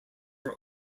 are